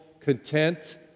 content